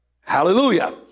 Hallelujah